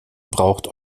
braucht